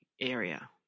area